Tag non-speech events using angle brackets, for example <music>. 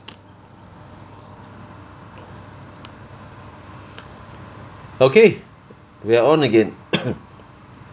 okay we're on again <coughs>